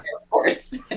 airports